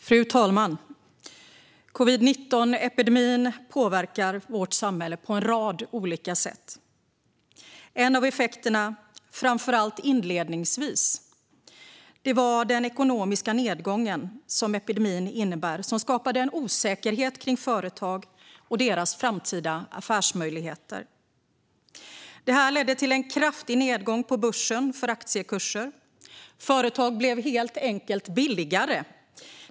Fru talman! Covid-19-epidemin påverkar vårt samhälle på en rad olika sätt. En av effekterna - framför allt inledningsvis - var att den ekonomiska nedgång som epidemin innebar skapade en osäkerhet kring företag och deras framtida affärsmöjligheter. Detta ledde till en kraftig nedgång på börsen för aktiekurser. Företag blev helt enkelt billigare.